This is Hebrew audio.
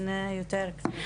יותר.